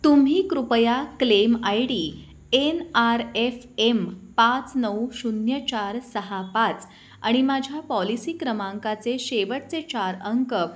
तुम्ही कृपया claim ID N R F M पाच नऊ शून्य चार सहा पाच आणि माझ्या पॉलिसी क्रमांकाचे शेवटचे चार अंक